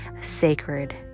sacred